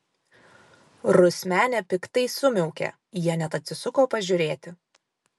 rusmenė piktai sumiaukė jie net atsisuko pažiūrėti